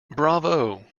bravo